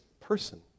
person